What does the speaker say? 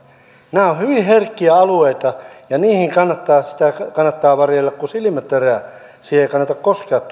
nämä ovat hyvin herkkiä alueita ja sitä kannattaa varjella kuin silmäterää siihen kapitaaliin ei kannata koskea